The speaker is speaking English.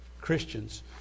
Christians